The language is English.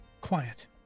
quiet